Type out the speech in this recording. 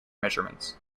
measurements